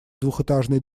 двухэтажной